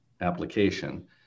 application